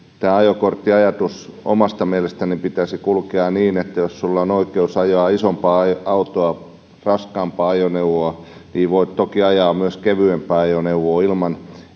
tämän ajokorttiajatuksen omasta mielestäni pitäisi kulkea niin että jos sinulla on oikeus ajaa isompaa autoa raskaampaa ajoneuvoa niin voit toki ajaa myös kevyempää ajoneuvoa ilman